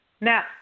Now